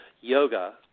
yoga